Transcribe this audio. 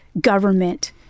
government